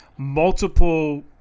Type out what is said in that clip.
Multiple